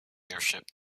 airship